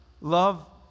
Love